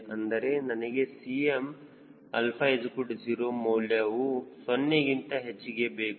ಅಂದರೆ ನನಗೆ Cm 𝛼 0 ಮೌಲ್ಯವು 0 ಗಿಂತ ಹೆಚ್ಚಿಗೆ ಬೇಕು